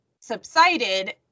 subsided